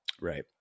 Right